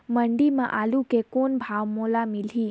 मंडी म आलू के कौन भाव मोल मिलही?